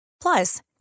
Plus